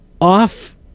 off